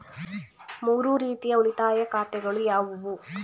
ಮೂರು ರೀತಿಯ ಉಳಿತಾಯ ಖಾತೆಗಳು ಯಾವುವು?